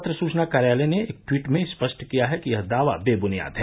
पत्र सूचना कार्यालय ने एक ट्वीट में स्पष्ट किया कि यह दावा बेबुनियाद है